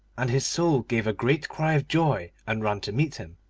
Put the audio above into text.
and his soul gave a great cry of joy and ran to meet him,